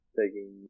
taking